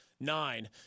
Nine